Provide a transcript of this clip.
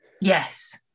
yes